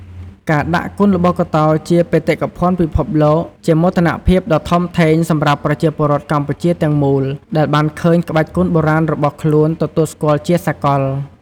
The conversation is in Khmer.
ការដាក់គុនល្បុក្កតោជាបេតិកភណ្ឌពិភពលោក ជាមោទនភាពដ៏ធំធេងសម្រាប់ប្រជាពលរដ្ឋកម្ពុជាទាំងមូល ដែលបានឃើញក្បាច់គុនបុរាណរបស់ខ្លួនទទួលស្គាល់ជាសាកល។